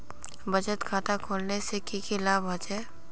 बचत खाता खोलने से की की लाभ होचे?